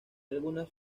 algunas